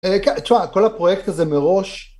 כן, תשמע, כל הפרויקט הזה מראש